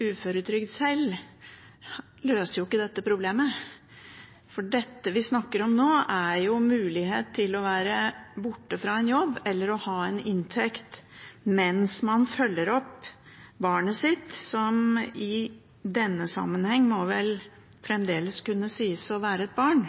uføretrygd sjøl, løser jo ikke dette problemet. Det vi snakker om nå, er mulighet til å være borte fra jobb eller å ha en inntekt mens man følger opp barnet sitt, som i denne sammenheng fremdeles vel må kunne sies å være et barn.